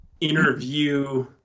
interview